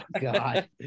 God